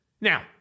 Now